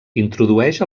introdueix